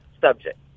subject